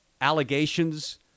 allegations